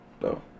No